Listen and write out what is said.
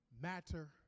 matter